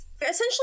Essentially